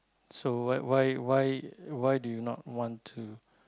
so why why why why do you not want to